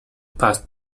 passed